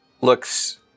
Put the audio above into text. looks